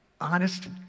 honest